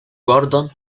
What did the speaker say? gordon